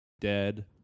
dead